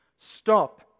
Stop